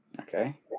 Okay